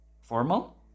formal